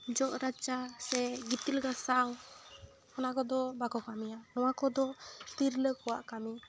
ᱡᱚᱜ ᱨᱟᱪᱟ ᱥᱮ ᱜᱤᱛᱤᱞ ᱜᱟᱥᱟᱣ ᱚᱱᱟ ᱠᱚᱫᱚ ᱵᱟᱠᱚ ᱠᱟᱹᱢᱤᱭᱟ ᱱᱚᱣᱟ ᱠᱚᱫᱚ ᱛᱤᱨᱞᱟᱹ ᱠᱚᱣᱟᱜ ᱠᱟᱹᱢᱤ